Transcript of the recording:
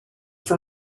for